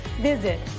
visit